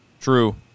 True